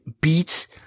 beats